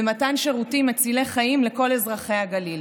במתן שירותים מצילי חיים לכל אזרחי הגליל.